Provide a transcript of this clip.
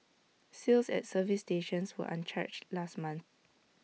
sales at service stations were unchanged last month